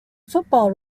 football